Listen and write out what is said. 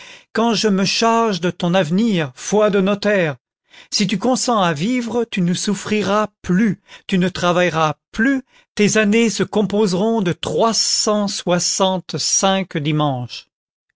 quand je me charge de ton avenir foi de notaire si tu consens à vivre tu ne souffriras plus tu ne travailleras plus tes années se composeront de trois cent soixantecinq dimanches